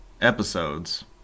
episodes